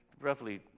Roughly